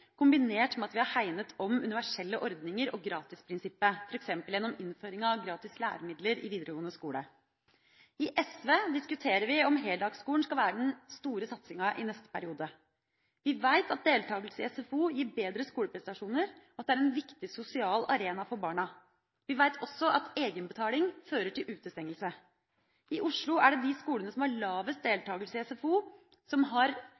kombinert med at vi har hegnet om universelle ordninger og gratisprinsippet, f.eks. gjennom innføringa av gratis læremidler i videregående skole. I SV diskuterer vi om heldagsskolen skal være den store satsinga i neste periode. Vi vet at deltakelse i SFO gir bedre skoleprestasjoner, og at det er en viktig sosial arena for barna. Vi vet også at egenbetaling fører til utestengelse. I Oslo er det de skolene som har lavest deltakelse i SFO, som har